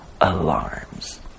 alarms